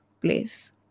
place